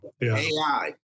AI